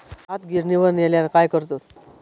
भात गिर्निवर नेल्यार काय करतत?